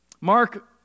Mark